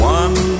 one